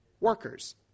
workers